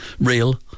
real